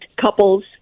couples